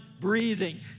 breathing